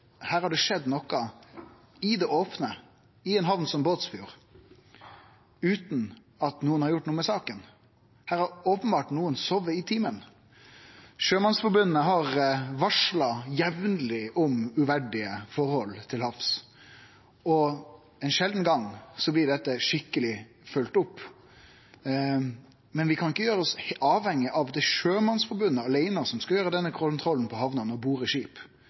noko heilt ope, i ei hamn som Båtsfjord, utan at nokon har gjort noko med saka. Her har openbert einkvan sove i timen. Sjømannsforbundet har varsla jamleg om uverdige forhold til havs, og ein sjeldan gong blir det skikkeleg følgt opp. Men vi kan ikkje gjere oss avhengige av at Sjømannsforbundet aleine skal gjere denne kontrollen på hamna med å borde skip.